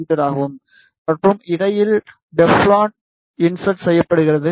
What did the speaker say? me ஆகும் மற்றும் இடையில் டெஃளான் இன்ஸெர்ட் செய்யப்படுகிறது